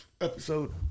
episode